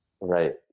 Right